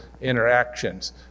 interactions